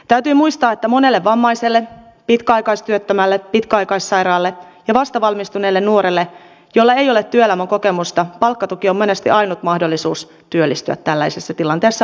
täytyy muistaa että monelle vammaiselle pitkäaikaistyöttömälle pitkäaikaissairaalle ja vastavalmistuneelle nuorelle jolla ei ole työelämäkokemusta palkkatuki on monesti ainut mahdollisuus työllistyä tällaisessa tilanteessa varsinkin